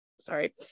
sorry